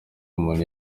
umuntu